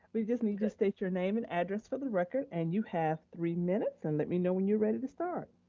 we just need you to state your name and address for the record and you have three minutes and let me know when you're ready to start.